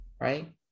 right